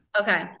Okay